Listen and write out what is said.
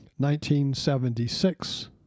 1976